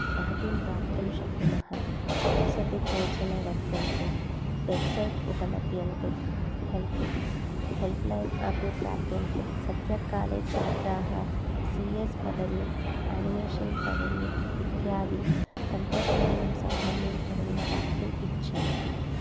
महतीं प्राप्तुं शक्नुमः एप्स् अपि केचन वर्तन्ते वेब्सैट्स् उपलभ्यन्ते हेल्प् हेल्प् लैन् अपि प्राप्यन्ते सद्यः काले छात्राः सी एस् पदवीं अनिमेशन् पदवीं इत्यादि तन्त्रज्ञानसम्बन्धिं पदविं प्राप्तुम् इच्छन्ति